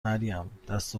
مریم، دست